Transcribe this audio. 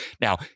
Now